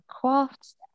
crafts